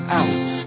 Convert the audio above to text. out